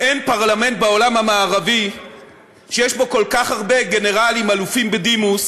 אין פרלמנט בעולם המערבי שיש בו כל כך הרבה גנרלים אלופים בדימוס